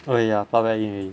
uh ya plug back in already